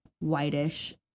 whitish